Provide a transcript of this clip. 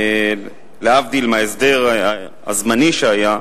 להבדיל מההסדר הזמני שהיה,